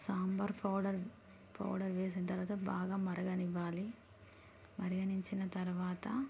sambar powder powder వేసిన తర్వాత బాగా మరగనివ్వాలి మరగ నిచ్చిన తర్వాత